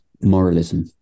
moralism